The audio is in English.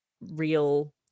real